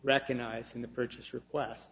recognized in the purchase request